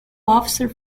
officer